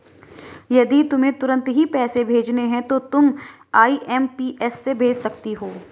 यदि तुम्हें तुरंत ही पैसे भेजने हैं तो तुम आई.एम.पी.एस से भेज सकती हो